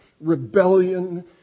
rebellion